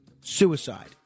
Suicide